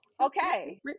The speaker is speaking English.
okay